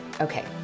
Okay